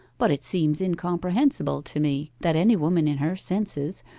but it seems incomprehensible to me that any woman in her senses,